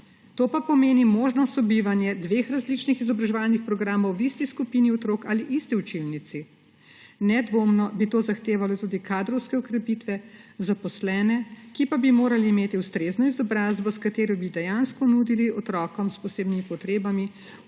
To pa pomeni možnost sobivanja dveh različnih izobraževalnih programov v isti skupini otrok ali v isti učilnici. Nedvomno bi to zahtevalo tudi kadrovske okrepitve, zaposlene, ki pa bi morali imeti ustrezno izobrazbo, s katero bi dejansko nudili otrokom s posebnimi potrebami